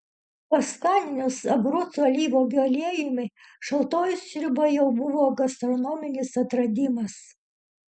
paskaninus abrucų alyvuogių aliejumi šaltoji sriuba jau buvo gastronominis atradimas